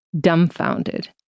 dumbfounded